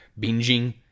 binging